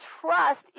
trust